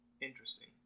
Interesting